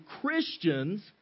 Christians